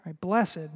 Blessed